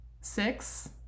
Six